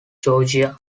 georgia